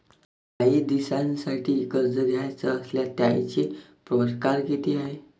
कायी दिसांसाठी कर्ज घ्याचं असल्यास त्यायचे परकार किती हाय?